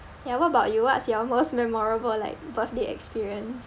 ya what about you what's your most memorable like birthday experience